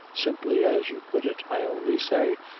simply as you put it. i only say,